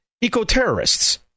eco-terrorists